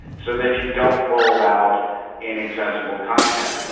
so that you don't roll out inaccessible content.